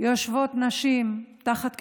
יושבות נשים תחת כיבוש,